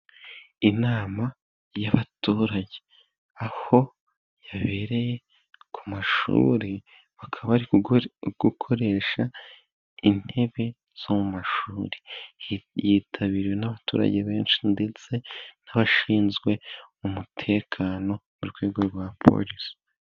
Inama y'abaturage aho yabereye ku mashuri, bakaba bari gukoresha intebe zo mu mashuri. Yitabiriwe n'abaturage benshi, ndetse n'abashinzwe umutekano mu rwego rwa polisi.